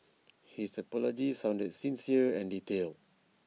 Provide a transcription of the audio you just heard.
his apology sounded sincere and detailed